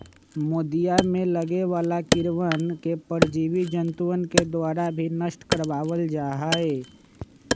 मोदीया में लगे वाला कीड़वन के परजीवी जंतुअन के द्वारा भी नष्ट करवा वल जाहई